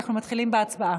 אנחנו מתחילים בהצבעה.